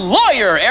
lawyer